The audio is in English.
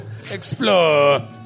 Explore